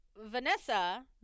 Vanessa